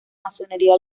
masonería